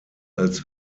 als